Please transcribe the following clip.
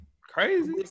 Crazy